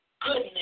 goodness